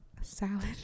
salad